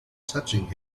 touching